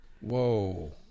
Whoa